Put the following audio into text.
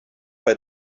bei